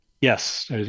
Yes